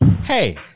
Hey